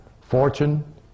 Fortune